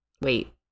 Wait